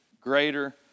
greater